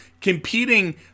competing